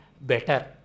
better